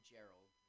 Gerald